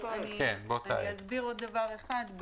אסביר עוד דבר אחד.